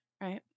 right